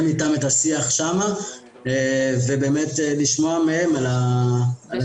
איתם את השיח שם ובאמת לשמוע מהם על התקופות,